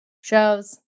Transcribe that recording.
shows